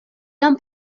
jam